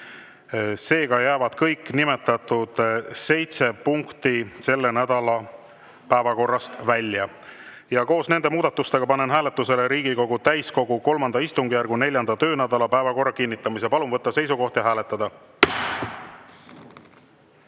Seega jäävad kõik nimetatud seitse punkti selle nädala päevakorrast välja. Koos nende muudatustega panen hääletusele Riigikogu täiskogu III istungjärgu 4. töönädala päevakorra kinnitamise. Palun võtta seisukoht ja hääletada!